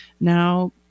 now